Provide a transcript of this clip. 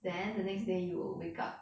then the next day you will wake up